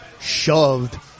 shoved